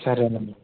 సరేనండి